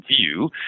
view